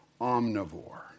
omnivore